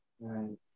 Right